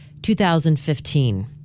2015